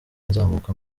nzamuka